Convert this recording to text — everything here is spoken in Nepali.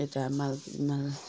यता माल माल